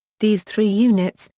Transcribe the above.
these three units,